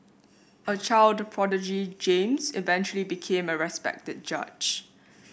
a child prodigy James eventually became a respected judge